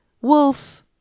Wolf